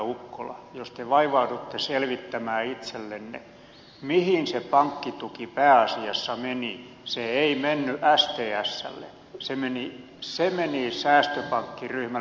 ukkola jos te vaivaudutte selvittämään itsellenne mihin se pankkituki pääasiassa meni se ei mennyt stslle se meni säästöpankkiryhmälle se meni skopiin